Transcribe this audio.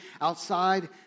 outside